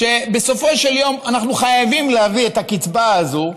שבסופו של יום אנחנו חייבים להביא את הקצבה הזאת,